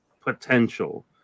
potential